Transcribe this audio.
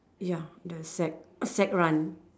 ya the sack sack run